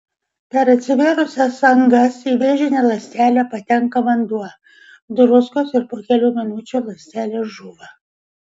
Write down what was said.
per atsivėrusias angas į vėžinę ląstelę patenka vanduo druskos ir po kelių minučių ląstelė žūva